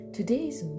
Today's